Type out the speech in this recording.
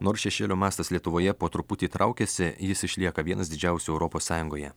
nors šešėlio mastas lietuvoje po truputį traukiasi jis išlieka vienas didžiausių europos sąjungoje